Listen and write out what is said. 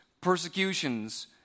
persecutions